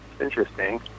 Interesting